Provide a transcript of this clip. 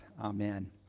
Amen